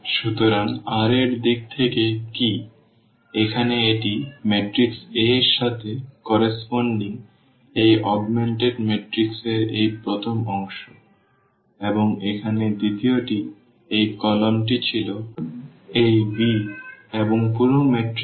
সুতরাং r এর দিক থেকে কী এখন এটি ম্যাট্রিক্স A এর সাথে সামঞ্জস্যপূর্ণ এই অগমেন্টেড ম্যাট্রিক্স এর এই প্রথম অংশ এবং এখানে দ্বিতীয়টি এই কলামটি ছিল এই b এবং পুরো ম্যাট্রিক্স যাকে আমরা এই b বলছি